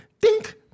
Dink